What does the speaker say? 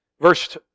Verse